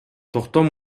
токтом